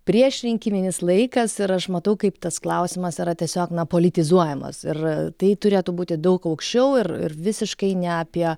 priešrinkiminis laikas ir aš matau kaip tas klausimas yra tiesiog na politizuojamas ir tai turėtų būti daug aukščiau ir visiškai ne apie